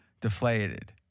deflated